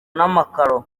n’amakaro